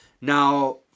Now